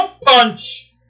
Punch